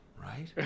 right